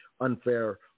unfair